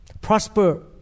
Prosper